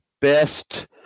best